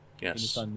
yes